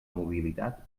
mobilitat